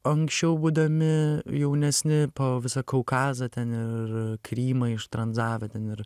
anksčiau būdami jaunesni po visą kaukazą ten ir krymą ištranzavę ten ir